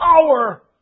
power